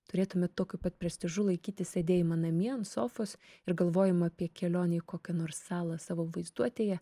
turėtume tokiu pat prestižu laikyti sėdėjimą namie ant sofos ir galvojimą apie kelionę į kokią nors salą savo vaizduotėje